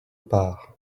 part